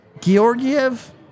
Georgiev